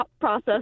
process